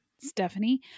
Stephanie